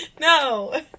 no